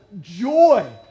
joy